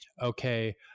okay